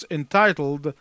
entitled